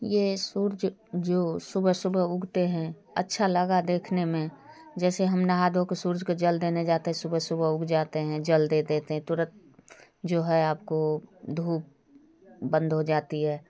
ये सूरज जो सुबह सुबह उगते हैं अच्छा लगा देखने में जैसे हम नहा धो के सूरज को जल देने जाते सुबह सुबह उग जाते हैं जल देते थे तुरंत जो है आपको धूप बंद हो जाती है